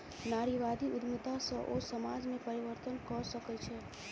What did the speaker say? नारीवादी उद्यमिता सॅ ओ समाज में परिवर्तन कय सकै छै